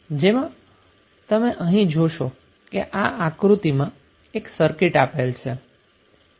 જેમાં તમે અહીં જોશો કે આ આક્રુતિમાં એક સર્કિંટ આપેલ છે